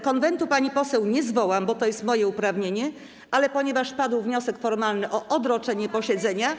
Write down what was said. Konwentu, pani poseł, nie zwołam, bo to jest moje uprawnienie, ale ponieważ padł wniosek formalny o odroczenie posiedzenia.